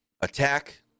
attack